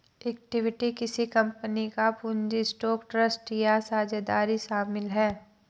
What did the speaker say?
equity किसी company का पूंजी स्टॉक ट्रस्ट या साझेदारी शामिल है